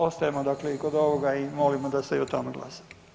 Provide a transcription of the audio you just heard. Ostajemo dakle i kod ovoga i molimo da se i o tome glasa.